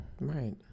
Right